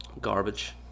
Garbage